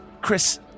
Chris